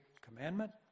commandment